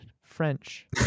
French